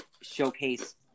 showcase